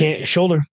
Shoulder